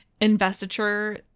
Investiture